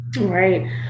Right